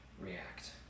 react